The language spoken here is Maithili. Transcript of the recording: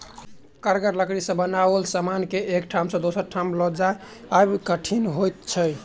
कड़गर लकड़ी सॅ बनाओल समान के एक ठाम सॅ दोसर ठाम ल जायब कठिन होइत छै